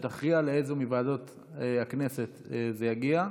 והיא תכריע לאיזו מוועדות הכנסת זה יגיע.